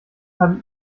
habe